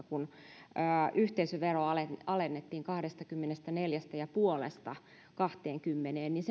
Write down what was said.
kun kaksituhattaneljätoista yhteisöveroa alennettiin kahdestakymmenestäneljästä pilkku viidestä kahteenkymmeneen niin